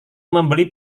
membeli